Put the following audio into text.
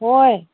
ꯍꯣꯏ